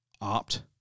opt